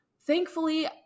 Thankfully